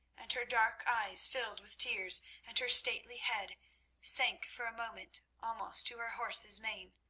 and her dark eyes filled with tears, and her stately head sank for a moment almost to her horse's mane.